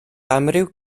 amryw